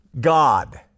God